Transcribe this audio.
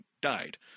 died